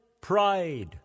pride